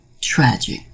tragic